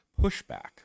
pushback